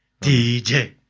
DJ